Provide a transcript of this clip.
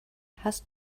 hast